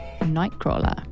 Nightcrawler